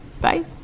Bye